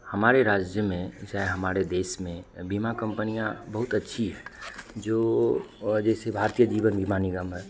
हमारे राज्य में इसाए हमारे देश में बीमा कंपनियाँ बहुत अच्छी हैं जो जैसे भारतीय जीवन बीमा निगम है